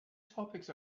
topics